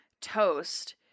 toast